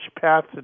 path